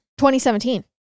2017